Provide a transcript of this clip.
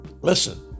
Listen